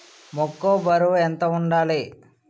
మొక్కొ బరువు ఎంత వుండాలి?